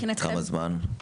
כמה זמן?